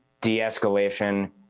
de-escalation